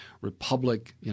republic